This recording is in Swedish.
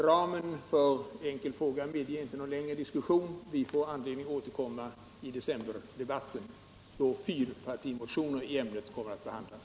Ramen för en enkel fråga medger inte någon längre diskussion. Vi får anledning att återkomma i decemberdebatten, då fyrpartimotioner i ämnet kommer att behandlas.